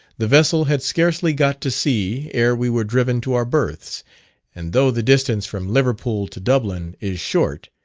the vessel had scarcely got to sea ere we were driven to our berths and though the distance from liverpool to dublin is short,